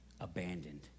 abandoned